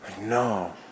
No